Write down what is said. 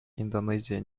индонезия